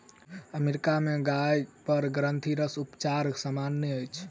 America में गाय पर ग्रंथिरस उपचार सामन्य अछि